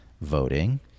voting